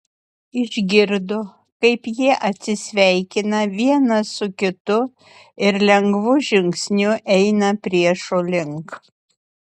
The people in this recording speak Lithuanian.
išgirdo kaip jie atsisveikina vienas su kitu ir lengvu žingsniu eina priešo link